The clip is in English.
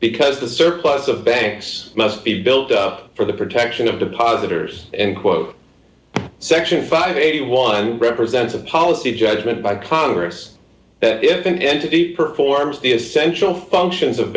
because the circus of banks must be built up for the protection of depositors and quote section five a one represents a policy judgment by congress that if an entity performs the essential functions of